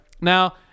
now